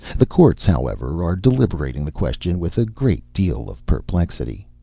the courts, however, are deliberating the question with a great deal of perplexity.